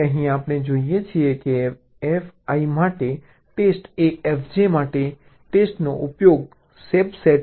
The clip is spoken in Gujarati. હવે અહીં આપણે જોઈએ છીએ કે fi માટે ટેસ્ટ એ fj માટે ટેસ્ટનો યોગ્ય સબસેટ છે